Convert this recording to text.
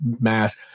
mass